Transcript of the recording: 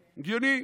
הגיוני.